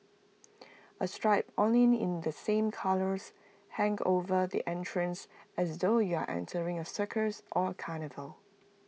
A striped awning in the same colours hang over the entrance as though you are entering A circus or carnival